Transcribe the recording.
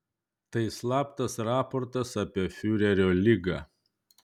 tai slaptas raportas apie fiurerio ligą